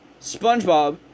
Spongebob